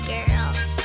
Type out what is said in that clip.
Girls